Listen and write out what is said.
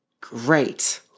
great